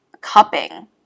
Cupping